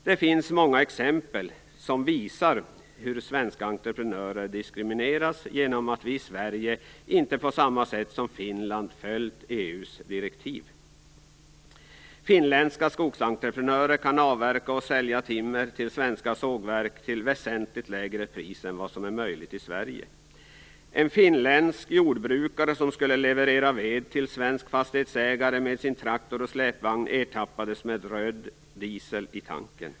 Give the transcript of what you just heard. Det finns många exempel som visar hur svenska entreprenörer diskrimineras genom att vi i Sverige inte på samma sätt som man gjort i Finland följt EU:s direktiv. Finländska skogsentreprenörer kan avverka och sälja timmer till svenska sågverk till väsentligt lägre pris än som är möjligt i Sverige. En finländsk jordbrukare som med traktor och släpvagn skulle leverera ved till en svensk fastighetsägare ertappades med röd diesel i tanken.